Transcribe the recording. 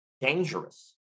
dangerous